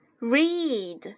Read